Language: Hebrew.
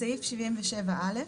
בסעיף 77א',